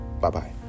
Bye-bye